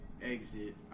exit